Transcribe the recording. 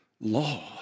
law